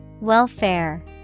welfare